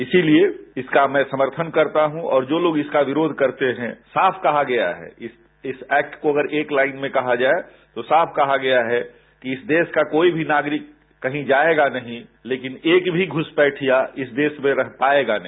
इसी लिए मैं इसका समर्थन करता हूँ और जो लोग इसका विरोध करते हैं साफ कहा गया इस एक्ट को एक लाईन में कहा जाये तो साफ कहा गया है कि इस देश का काई भी नागरिक कहीं जायेंगा नहीं लेकिन एक भी घुसपैठियां इस देश में रह पायेगा नहीं